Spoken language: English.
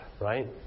right